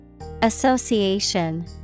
Association